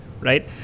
right